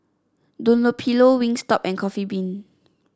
Dunlopillo Wingstop and Coffee Bean